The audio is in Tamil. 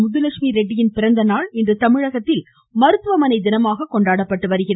முத்துலட்சுமி ரெட்டியின் பிறந்தநாள் இன்று தமிழகத்தில் மருத்துவமனை தினமாகக் கொண்டாடப்படுகிறது